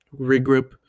regroup